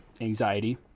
Anxiety